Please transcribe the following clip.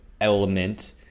element